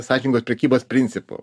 sąžiningos prekybos principų